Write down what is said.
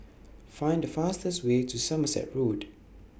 Find The fastest Way to Somerset Road